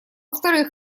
вторых